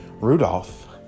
Rudolph